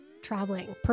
traveling